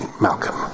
Malcolm